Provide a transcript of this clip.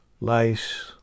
lice